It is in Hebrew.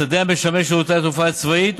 לשדה המשמש את שירותי התעופה הצבאית,